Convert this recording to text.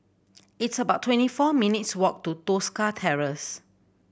it's about twenty four minutes' walk to Tosca Terrace